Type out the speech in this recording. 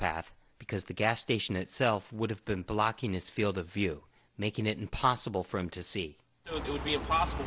path because the gas station itself would have been blocking his field of view making it impossible for him to see it would be impossible